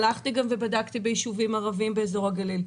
הלכתי ובדקתי גם ביישובים ערביים באיזור הגליל.